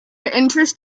interest